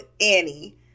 Annie